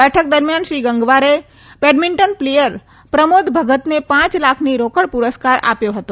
બેઠક દરમિથાન શ્રી ગંગવારે બેડમીન્ટન પ્લેયર પ્રમોદ ભગતને પાંચ લાખની રોકડ પુરસ્કાર આપ્યો હતો